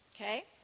okay